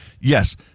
yes